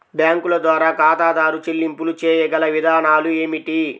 బ్యాంకుల ద్వారా ఖాతాదారు చెల్లింపులు చేయగల విధానాలు ఏమిటి?